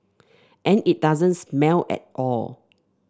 and it doesn't smell at all